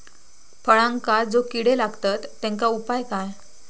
फळांका जो किडे लागतत तेनका उपाय काय?